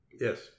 Yes